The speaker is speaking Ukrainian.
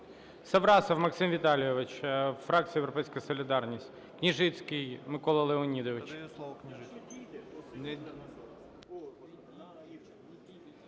Саврасов Максим Віталійович, фракція "Європейська солідарність". Княжицький Микола Леонідович.